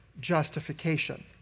justification